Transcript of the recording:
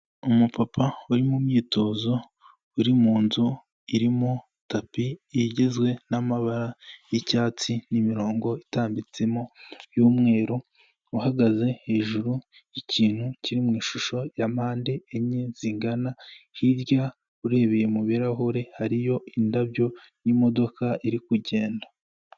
Umupapa uri mu myitozo, uri mu nzu irimo tapi igizwe n'amabara y'icyatsi n'imirongo itambitsemo y'umweru, uhagaze hejuru y'ikintu kiri mu ishusho ya mpande enye zingana, hirya urebeye mu birahure hariyo indabyo n'modoka iri kugenda.